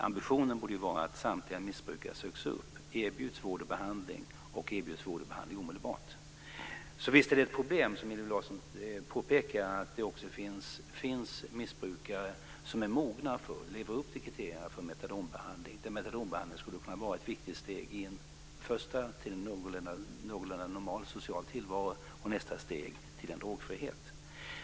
Ambitionen borde vara att samtliga missbrukare söks upp och erbjuds vård och behandling omedelbart. Visst är detta ett problem. Som Hillevi Larsson påpekar finns det missbrukare som är mogna för och lever upp till kriterierna för metadonbehandling, missbrukare för vilka metadonbehandling skulle kunna vara viktigt först som ett steg mot en någorlunda normal social tillvaro och i nästa steg mot drogfrihet.